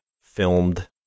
filmed